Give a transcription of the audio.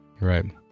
Right